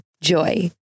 Joy